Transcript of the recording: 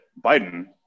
Biden